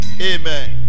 Amen